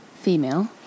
female